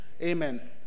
Amen